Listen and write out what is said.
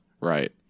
Right